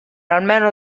almeno